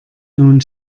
nun